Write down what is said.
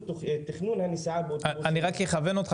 תכנון לנסיעה --- אני רק אכוון אותך,